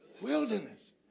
wilderness